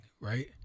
right